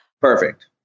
Perfect